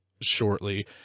shortly